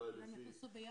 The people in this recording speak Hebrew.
אולי לפי --- הם נכנסו ביחד.